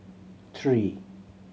three